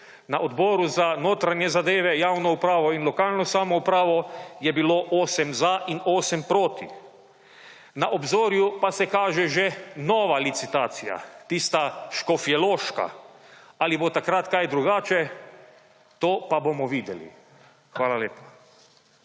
Na Odboru za notranje zadeve, javno upravo in lokalno samoupravo je bilo 8 za in 8 porti. Na obzorju pa se kaže že nova licitacija, tista Škofjeloška. Ali bo takrat kaj drugače? To pa bomo videli. Hvala lepa.